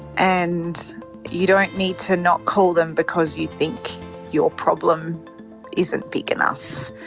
and you don't need to not call them because you think your problem isn't big enough.